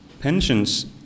Pensions